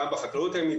גם בחקלאות הימית,